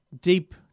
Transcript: deep